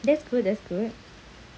that's good that's good